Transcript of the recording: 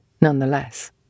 nonetheless